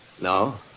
No